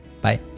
bye